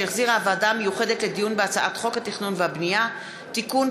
שהחזירה הוועדה המיוחדת לדיון בהצעת חוק התכנון והבנייה (תיקון,